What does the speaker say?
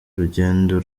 urugendo